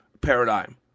paradigm